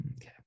Okay